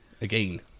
Again